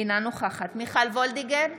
אינה נוכחת מיכל וולדיגר,